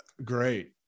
Great